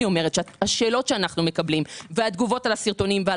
השאלות שאנו מקבלים והתגובות על הסרטונים ועל